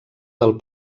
del